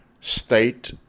state